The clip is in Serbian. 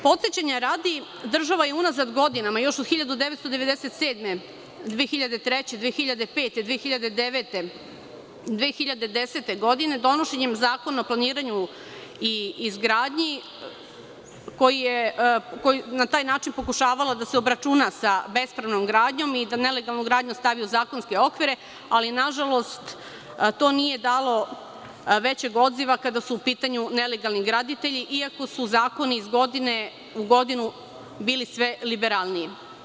Podsećanja radi, država je unazad godinama, još od 1997, 2003, 2005, 2009, 2010. godine, donošenjem Zakona o planiranju i izgradnji, koja je na taj način pokušavala da se obračuna sa bespravnom gradnjom i da nelegalnu gradnju stavi u zakonske okvire, ali nažalost, to nije dalo većeg odziva kada su u pitanju nelegalni graditelji, iako su zakoni iz godine u godinu bili sve liberalniji.